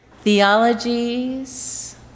theologies